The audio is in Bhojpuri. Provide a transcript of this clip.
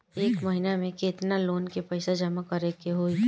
एक महिना मे केतना लोन क पईसा जमा करे क होइ?